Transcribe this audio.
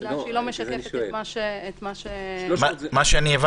בגלל שהיא לא משקפת את מה --- מה שאמר